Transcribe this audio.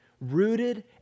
rooted